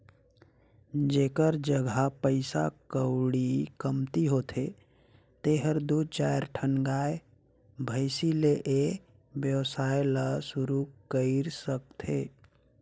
जेखर जघा पइसा कउड़ी कमती होथे तेहर दू चायर ठन गाय, भइसी ले ए वेवसाय ल सुरु कईर सकथे